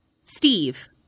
Steve